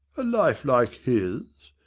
a life like his?